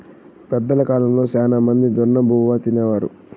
పెద్దల కాలంలో శ్యానా మంది జొన్నబువ్వ తినేవారు